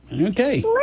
Okay